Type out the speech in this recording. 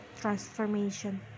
Transformation